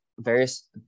various